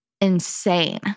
insane